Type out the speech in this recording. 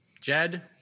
Jed